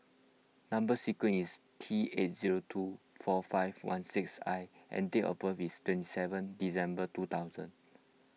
Number Sequence is T eight zero two four five one six I and date of birth is twenty seven December two thousand